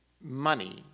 money